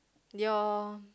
your